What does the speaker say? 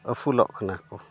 ᱟᱹᱥᱩᱞᱚᱜ ᱠᱟᱱᱟ ᱠᱚ